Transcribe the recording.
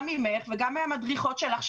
גם ממך וגם מהמדריכות שלך,